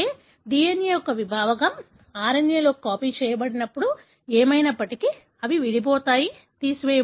DNA యొక్క విభాగం RNA లోకి కాపీ చేయబడినప్పుడు ఏమైనప్పటికీ అవి విడిపోతాయి తీసివేయబడతాయి